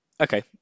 Okay